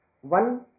One